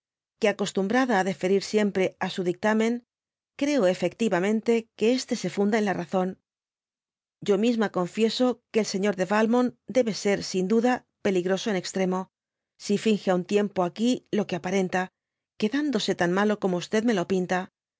pues acostumbrada á deferir siempre á su dictamen creo efectivamente que este se funda en la razoii yo misma confieso que el señor de valmont debe ser sin duda peligroso en extremo si finge á un tiempo aquí lo que aparenta quedándose tan malo como me lo pinta